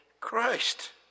Christ